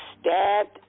stabbed